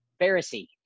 Pharisee